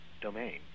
domain